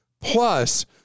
Plus